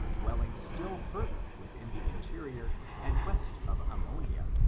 dwelling still further within the interior, and west of ammonia,